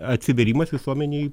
atsivėrimas visuomenei